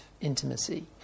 intimacy